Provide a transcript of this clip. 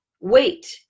wait